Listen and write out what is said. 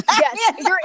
Yes